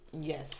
Yes